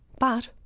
but,